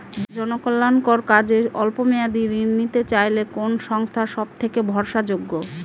জনকল্যাণকর কাজে অল্প মেয়াদী ঋণ নিতে চাইলে কোন সংস্থা সবথেকে ভরসাযোগ্য?